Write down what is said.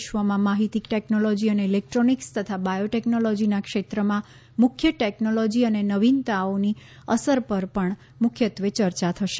વિશ્વમાં માહિતી ટેકનોલોજી અને ઇલેકટ્રોનિકસ તથા બાયોટેકનોલોજીના ક્ષેત્રમાં મુખ્ય ટેકનોલોજી અને નવીનતાઓની અસર પર પણ મુખ્યત્વે ચર્ચા થશે